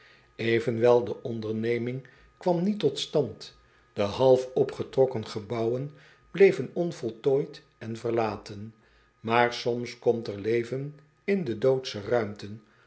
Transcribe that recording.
venwel de onderneming kwam niet tot stand de half opgetrokken gebouwen bleven onvoltooid en verlaten aar soms komt er leven in de doodsche ruimten